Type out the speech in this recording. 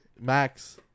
Max